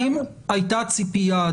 האם הייתה ציפייה,